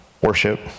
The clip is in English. worship